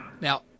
Now